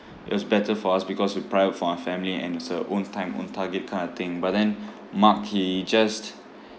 it was better for us because we private for our family and it's a own time own target kind of thing but then mark he just